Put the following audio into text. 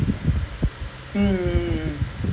lah legit